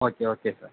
okay okay sir